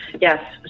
Yes